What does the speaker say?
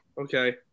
Okay